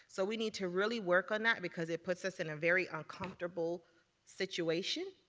so we need to really work on that because it puts us in a very uncomfortable situation,